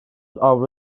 avro